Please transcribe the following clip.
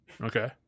Okay